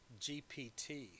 GPT